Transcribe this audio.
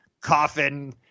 coffin